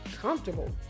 comfortable